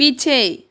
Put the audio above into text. पीछे